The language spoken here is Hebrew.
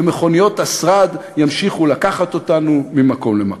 ומכוניות השרד ימשיכו לקחת אותנו ממקום למקום.